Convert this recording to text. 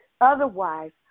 Otherwise